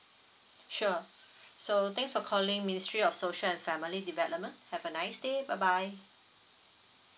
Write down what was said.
sure so thanks for calling ministry of social and family development have a nice day bye bye